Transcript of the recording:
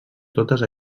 totes